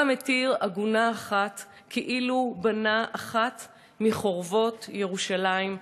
כל המתיר עגונה אחת כאילו בנה אחת מחורבות ירושלים העליונה.